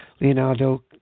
Leonardo